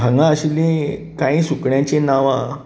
हांगा आशिल्ली कांय सुकण्यांची नांवां